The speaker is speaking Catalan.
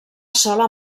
sola